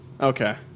Okay